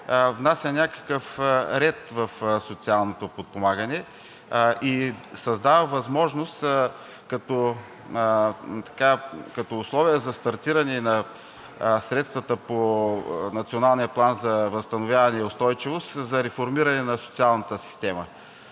внася някакъв ред в социалното подпомагане и създава възможност като условие за стартиране на средствата по Националния план за възстановяване и устойчивост за реформиране на социалната система.